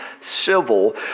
civil